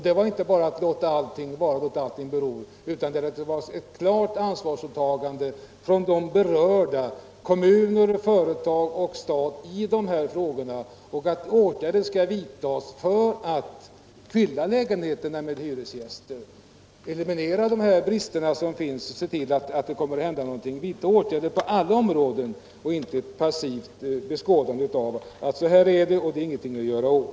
Det var inte att bara låta allting bero utan ett klart ståndspunktstagande från de berörda, kommuner, företag och staten, för att åtgärder skall vidtas för att fylla lägenheterna med hyresgäster, eli minera de brister som finns och se till att det kommer att hända någonting. Åtgärder måste vidtas på alla områden. Det får inte vara ett passivt beskådande av att så här är det och det är ingenting att göra åt.